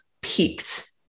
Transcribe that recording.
peaked